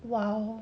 !wow!